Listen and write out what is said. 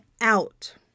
out